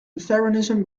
lutheranism